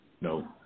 no